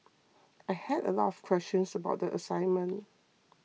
I had a lot of questions about the assignment